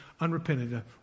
unrepentant